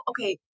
okay